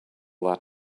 that